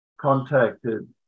contacted